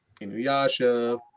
Inuyasha